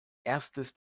erstes